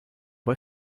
bei